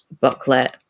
booklet